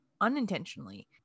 unintentionally